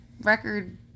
Record